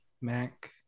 Mac